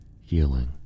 healing